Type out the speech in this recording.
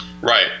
right